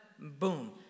boom